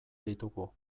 ditugu